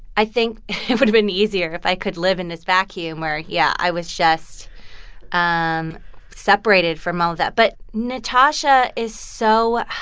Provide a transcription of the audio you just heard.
i think it would've been easier if i could live in this vacuum where, yeah, i was just um separated from all that. but natasha is so